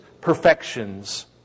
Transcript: perfections